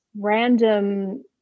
random